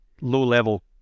low-level